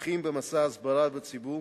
פותחים במסע הסברה בציבור